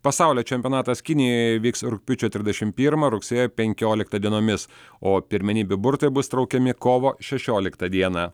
pasaulio čempionatas kinijoje vyks rugpjūčio trisdešimt pirmą rugsėjo penkioliktą dienomis o pirmenybių burtai bus traukiami kovo šešioliktą dieną